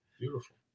Beautiful